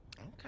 Okay